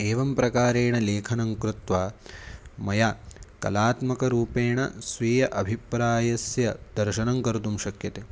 एवं प्रकारेण लेखनं कृत्वा मया कलात्मकरूपेण स्वीय अभिप्रायस्य दर्शनं कर्तुं शक्यते